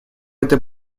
этой